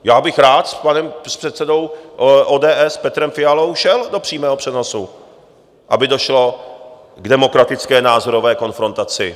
Já bych rád s panem předsedou ODS Petrem Fialou šel do přímého přenosu, aby došlo k demokratické názorové konfrontaci.